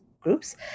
groups